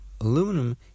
Aluminum